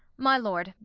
my lord,